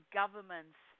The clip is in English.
governments